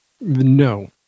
No